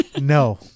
no